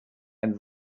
and